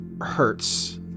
hurts